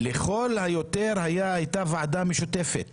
לכל היותר הייתה הצעה לוועדה משותפת